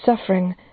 suffering